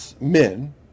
men